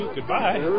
Goodbye